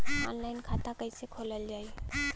Online खाता कईसे खोलल जाई?